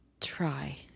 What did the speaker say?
try